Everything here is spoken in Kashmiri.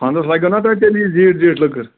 اَہَن حظ لَگٮ۪و نا تۄہہِ تیٚلہِ یہِ زیٖٹھ زیٖٹھ لٔکٕر